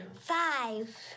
Five